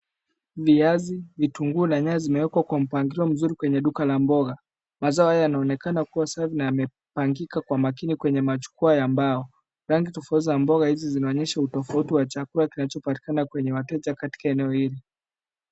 Viazi, vitunguu na nyanya zimeekwa kwa mpangilio mzuri kwenye duka la mboga. Mazao haya yaonekana kuwa safi na yamepangika kwa makini kwenye majukwaa ya mbao. Rangi tofauti za mboga hizi zinaonyesha tofauti cha chakula kinachopatikana kwenye eneo hili.